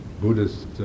buddhist